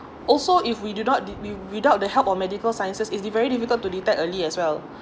also if we do not did wi~ without the help of medical sciences it'll be very difficult to detect early as well